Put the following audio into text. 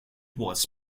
was